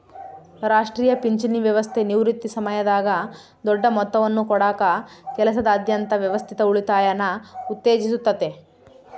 ರಾಷ್ಟ್ರೀಯ ಪಿಂಚಣಿ ವ್ಯವಸ್ಥೆ ನಿವೃತ್ತಿ ಸಮಯದಾಗ ದೊಡ್ಡ ಮೊತ್ತವನ್ನು ಕೊಡಕ ಕೆಲಸದಾದ್ಯಂತ ವ್ಯವಸ್ಥಿತ ಉಳಿತಾಯನ ಉತ್ತೇಜಿಸುತ್ತತೆ